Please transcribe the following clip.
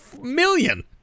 million